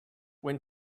when